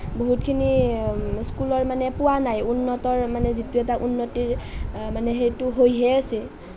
বহুতখিনি স্কুলৰ মানে পোৱা নাই উন্নতৰ মানে যিটো এটা উন্নতিৰ মানে সেইটো হৈহে আছে